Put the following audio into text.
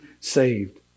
saved